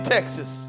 Texas